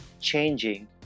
changing